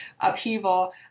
upheaval